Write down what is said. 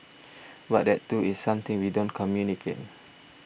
but that too is something we don't communicate